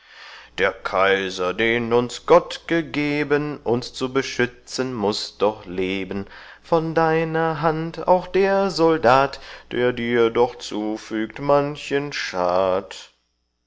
der kaiser den uns gott gegebn uns zu beschützen muß doch lebn von deiner hand auch der soldat der dir doch zufügt manchen